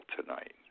tonight